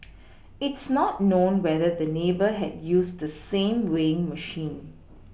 it's not known whether the neighbour had used the same weighing machine